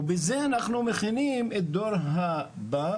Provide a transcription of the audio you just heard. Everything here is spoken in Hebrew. ובזה אנחנו מכינים את הדור הבא,